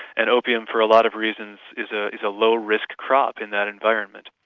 and opium for a lot of reasons is ah is a low-risk crop in that environment.